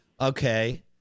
Okay